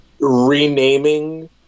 renaming